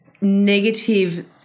negative